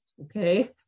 Okay